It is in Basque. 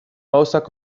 gauzak